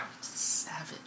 Savage